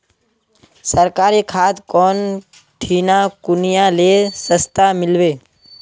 सरकारी खाद कौन ठिना कुनियाँ ले सस्ता मीलवे?